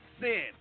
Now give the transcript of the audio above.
sin